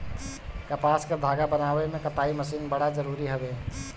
कपास से धागा बनावे में कताई मशीन बड़ा जरूरी हवे